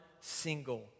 single